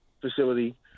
facility